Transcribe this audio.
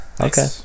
okay